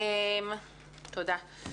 תודה.